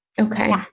Okay